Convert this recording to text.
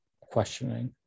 questioning